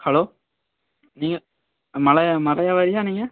hello நீங்கள் மலய மர வியாபாரியா நீங்கள்